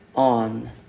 On